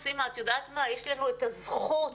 סימה, יש לנו את הזכות.